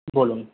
বলুন